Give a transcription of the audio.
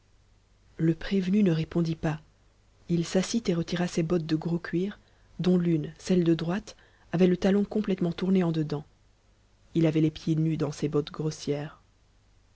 le prévenu ne répondit pas il s'assit et retira ses bottes de gros cuir dont l'une celle de droite avait le talon complètement tourné en dedans il avait les pieds nus dans ses bottes grossières